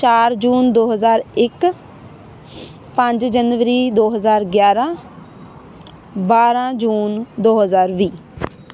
ਚਾਰ ਜੂਨ ਦੋ ਹਜ਼ਾਰ ਇੱਕ ਪੰਜ ਜਨਵਰੀ ਦੋ ਹਜ਼ਾਰ ਗਿਆਰਾਂ ਬਾਰਾਂ ਜੂਨ ਦੋ ਹਜ਼ਾਰ ਵੀਹ